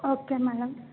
okay madam